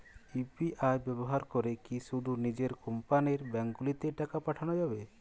UPI ব্যবহার করে কি শুধু নিজের কোম্পানীর ব্যাংকগুলিতেই টাকা পাঠানো যাবে?